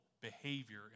behavior